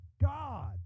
God